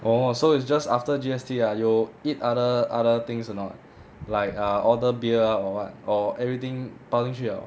orh so it's just after G_S_T ah 有 eat other other things or not like err order beer or what or everything 包进去了